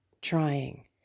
trying